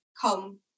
come